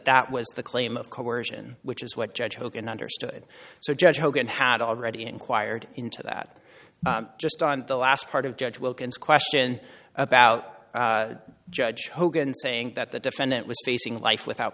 that was the claim of coercion which is what judge hogan understood so judge hogan had already inquired into that just on the last part of judge wilkins question about judge hogan saying that the defendant was facing life without